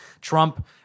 Trump